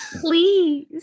Please